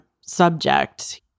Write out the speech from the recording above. subject